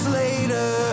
later